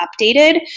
updated